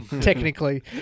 technically